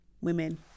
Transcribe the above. women